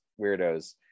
weirdos